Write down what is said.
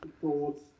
thoughts